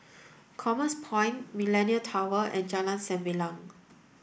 Commerce Point Millenia Tower and Jalan Sembilang